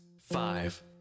five